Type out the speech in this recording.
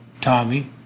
Tommy